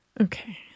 Okay